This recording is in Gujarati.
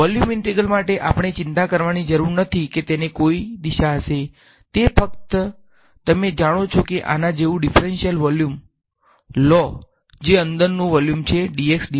વોલ્યુમ ઇન્ટિગ્રલ્સ માટે આપણે ચિંતા કરવાની જરૂર નથી કે તેને કોઈ દિશા નથી તે ફક્ત તમે જાણો છો કે આના જેવું ડીફરંશીય્લ વોલ્યુમ લો જે અંદરનું વોલ્યુમ છે